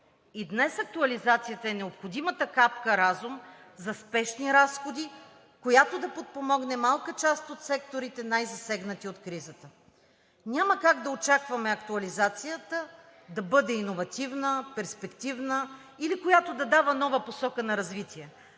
И днес актуализацията е необходимата капка разум за спешни разходи, която да подпомогне малка част от секторите, най засегнати от кризата. Няма как да очакваме актуализацията да бъде иновативна, перспективна или която да дава нова посока на развитие,